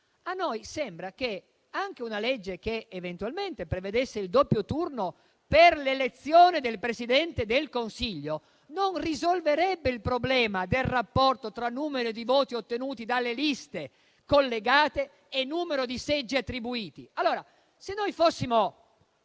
A noi sembra che anche una legge che eventualmente prevedesse il doppio turno per l'elezione del Presidente del Consiglio non risolverebbe il problema del rapporto tra numero di voti ottenuti dalle liste collegate e numero di seggi attribuiti.